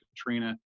Katrina